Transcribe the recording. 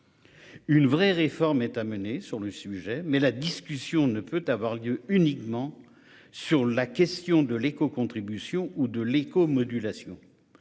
Une vraie réforme doit être menée sur le sujet, mais la discussion ne peut avoir lieu uniquement sur la question de l'écocontribution ou de l'écomodulation.